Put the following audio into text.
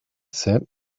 said